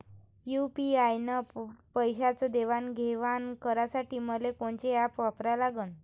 UPI न पैशाचं देणंघेणं करासाठी मले कोनते ॲप वापरा लागन?